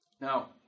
Now